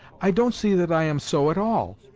i don't see that i am so at all.